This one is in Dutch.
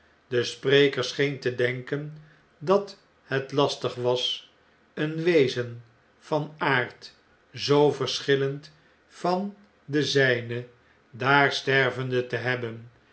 de spreker scheen te denken dat het lastig was een wezen van aard zoo verschillend van den zijne daar stervende te hebben